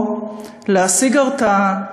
או להשיג הרתעה,